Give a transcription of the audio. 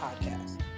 podcast